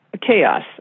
chaos